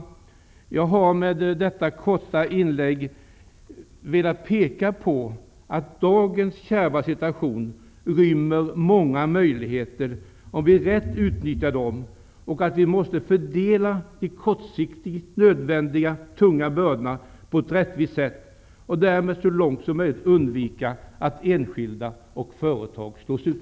Jag har med detta korta inlägg velat peka på att dagens kärva situation rymmer många möjligheter, om vi rätt utnyttjar dem. Vi måste fördela de kortsiktigt nödvändiga och tunga bördorna på ett rättvist sätt, och därmed så långt som möjligt undvika att enskilda och företag slås ut.